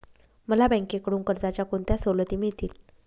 मला बँकेकडून कर्जाच्या कोणत्या सवलती मिळतील?